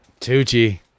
Tucci